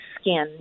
skin